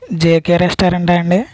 JK రెస్టారెంటా అండి